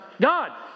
God